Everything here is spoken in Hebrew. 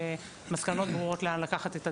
למסקנות ברורות לאן לקחת את הדברים.